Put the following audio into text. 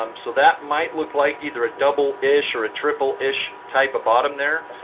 um so that might look like either a double-ish or a triple-ish type of bottom there.